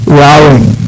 rowing